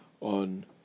on